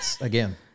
Again